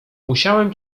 musiałem